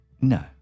No